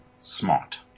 smart